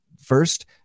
First